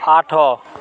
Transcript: ଆଠ